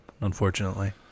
unfortunately